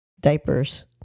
diapers